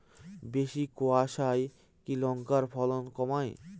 বেশি কোয়াশায় কি লঙ্কার ফলন কমায়?